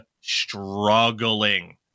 struggling